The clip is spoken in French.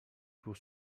pour